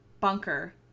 bunker